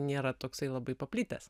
nėra toksai labai paplitęs